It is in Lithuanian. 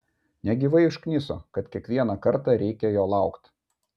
negyvai užkniso kad kiekvieną kartą reikia jo laukt